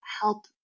help